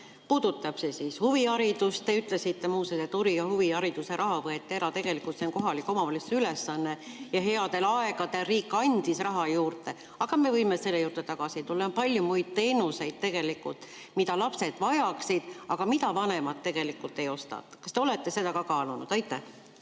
puudutab see huviharidust? Te ütlesite muu seas, et huvihariduse raha võeti ära. Tegelikult see on kohalike omavalitsuste ülesanne ja headel aegadel riik andis raha juurde, aga me võime selle juurde tagasi tulla. Ja on palju muid teenuseid, mida lapsed vajaksid, aga mida vanemad tegelikult ei osta. Kas te olete seda ka kaalunud? Aitäh!